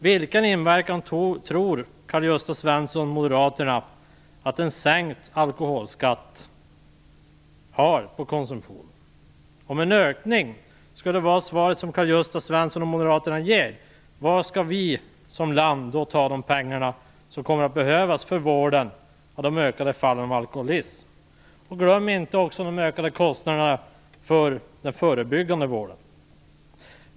Vilken inverkan tror Karl-Gösta Svenson och moderaterna att en sänkt alkoholskatt har på konsumtionen? Om svaret som Karl-Gösta Svenson och moderaterna ger är en ökning, var skall vi som land då ta de pengar som kommer att behövas för vård av de ökande fallen av alkoholism? Glöm inte heller de ökade kostnaderna för de förebyggande vården!